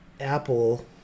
Apple